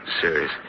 serious